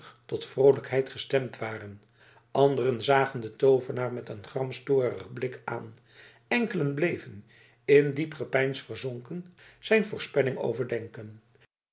tot vroolijkheid gestemd waren anderen zagen den toovenaar met een gramstorigen blik aan enkelen bleven in diep gepeins verzonken zijn voorspelling overdenken